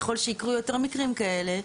ככל שיקרו יותר מקרים כאלה,